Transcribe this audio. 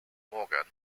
morgan